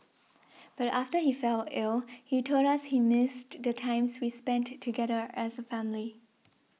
but after he fell ill he told us he missed the times we spent together as a family